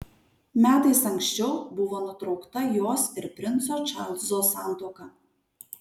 metais anksčiau buvo nutraukta jos ir princo čarlzo santuoka